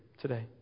today